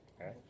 okay